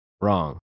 Wrong